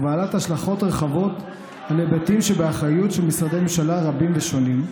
והיא בעלת השלכות רחבות על היבטים שבאחריות של משרדי ממשלה רבים ושונים.